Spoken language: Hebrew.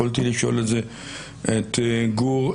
יכולתי לשאול את זה את גור.